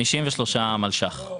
כ-53 מיליון שקלים.